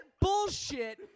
bullshit